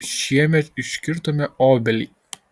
šiemet iškirtome obelį